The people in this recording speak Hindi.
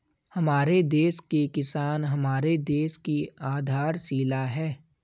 हमारे देश के किसान हमारे देश की आधारशिला है